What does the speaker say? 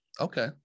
okay